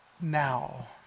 now